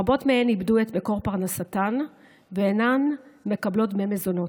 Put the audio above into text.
רבות מהן איבדו את מקור פרנסתן ואינן מקבלות דמי מזונות.